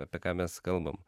apie ką mes kalbam